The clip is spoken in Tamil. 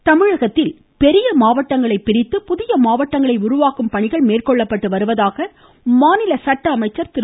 சண்முகம் தமிழகத்தில் பெரிய மாவட்டங்களை பிரித்து புதிய மாவட்டங்களை உருவாக்கும் பணிகள் மேற்கொள்ளப்பட்டு வருவதாக மாநில சட்ட அமைச்சர் திரு